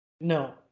no